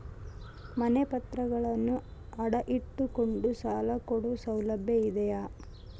ಮನೆ ಪತ್ರಗಳನ್ನು ಅಡ ಇಟ್ಟು ಕೊಂಡು ಸಾಲ ಕೊಡೋ ಸೌಲಭ್ಯ ಇದಿಯಾ?